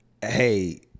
Hey